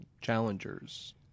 challengers